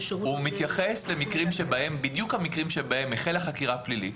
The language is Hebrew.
מתייחס בדיוק למקרים בהם החלה חקירה פלילית,